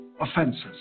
offenses